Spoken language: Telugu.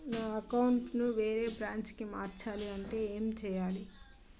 నా అకౌంట్ ను వేరే బ్రాంచ్ కి మార్చాలి అంటే ఎం చేయాలి?